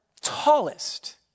tallest